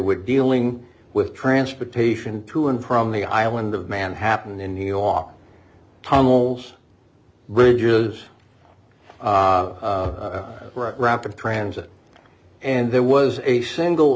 would dealing with transportation to and from the island of manhattan in new york tunnels bridges rapid transit and there was a single